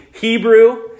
Hebrew